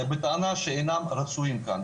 בטענה שהם אינם רצויים כאן,